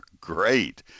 great